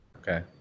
Okay